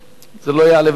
זה לא יעלה ולא יוריד.